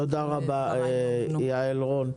תודה, יעל רון.